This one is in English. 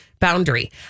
Boundary